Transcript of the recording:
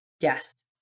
Yes